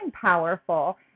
powerful